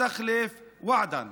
לא נשקוט ולא ננוח עד שננצח את הפשע.